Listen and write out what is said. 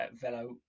velo